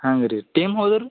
ಹಂಗೆ ರೀ ಟೀಮ್ ಹೋದರು